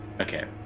Okay